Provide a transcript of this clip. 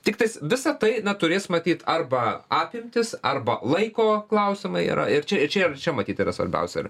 tiktais visa tai na turės matyt arba apimtis arba laiko klausimai ir ir čia ir čia ir čia matyt yra svarbiausia yra